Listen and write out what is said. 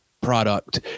product